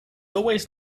always